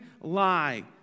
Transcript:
lie